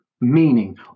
meaning